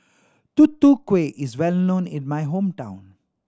Tutu Kueh is well known in my hometown